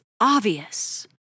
obvious